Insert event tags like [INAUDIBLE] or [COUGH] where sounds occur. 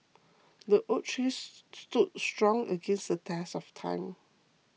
the oak tree [NOISE] stood strong against the test of time